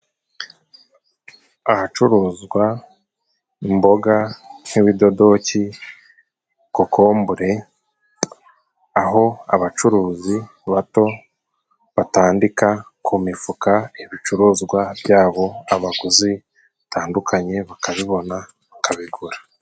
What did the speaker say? Ahacuruzwa imboga nk'ibidodoki, kokombure, aho abacuruzi bato batandika ku mifuka ibicuruzwa byabo abaguzi batandukanye bakabibona bakabigura.